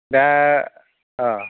दा अ